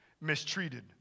mistreated